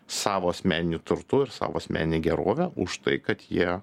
savo asmeniniu turtu ir savo asmenine gerove už tai kad jie